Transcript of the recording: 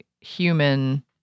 human